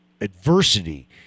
adversity